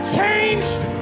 changed